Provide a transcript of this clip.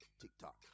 TikTok